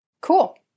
Cool